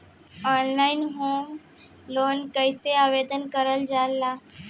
Online home loan कैसे आवेदन करल जा ला?